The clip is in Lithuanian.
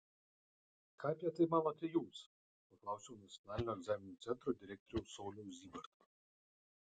ką apie tai manote jūs paklausiau nacionalinio egzaminų centro direktoriaus sauliaus zybarto